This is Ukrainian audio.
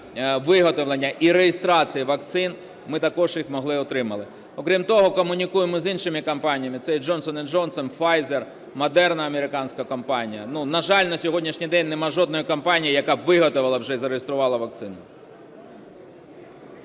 виготовлення і реєстрації вакцин ми також їх могли отримати. Окрім того, комунікуємо з іншими компаніями – це і Johnson & Johnson, Pfizer, Moderna, американська компанія. На жаль, на сьогоднішній день немає жодної компанії, яка б виготовила вже і зареєструвала вакцини.